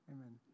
amen